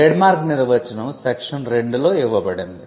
trademark నిర్వచనం section 2 లో ఇవ్వబడింది